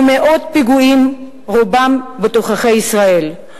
ומאות פיגועים, רובם בתוככי ישראל.